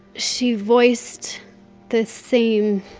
she voiced the same